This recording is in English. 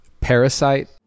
Parasite